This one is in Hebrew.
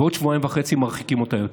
ובעוד שבועיים וחצי מרחיקים אותה יותר.